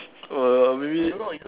err maybe